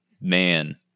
Man